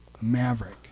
Maverick